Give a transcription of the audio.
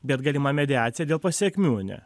bet galima mediacija dėl pasekmių ne